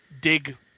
dig